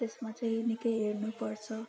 त्यसमा चाहिँ निकै हेर्नुपर्छ